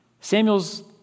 Samuel's